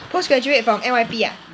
postgraduate from N_Y_P ah